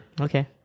Okay